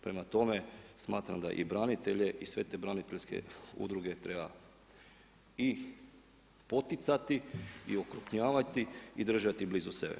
Prema tome smatram da i branitelje i sve te braniteljske udruge treba i poticati i okrupnjavati i držati blizu sebe.